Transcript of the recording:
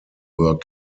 were